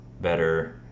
better